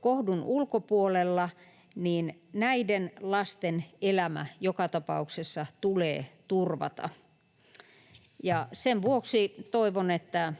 kohdun ulkopuolella, ylittäneiden lasten elämä joka tapauksessa tulee turvata. Sen vuoksi toivon, että